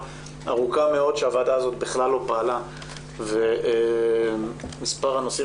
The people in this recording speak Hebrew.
ארוכה מאוד שהוועדה הזאת בכלל לא פעלה ומספר הנושאים